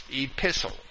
epistle